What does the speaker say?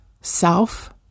self